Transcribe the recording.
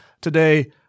today